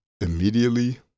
immediately